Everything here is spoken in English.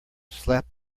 slapped